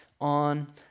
on